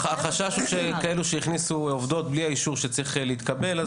החשש הוא מכאלה שהכניסו עובדות בלי האישור שצריך להתקבל,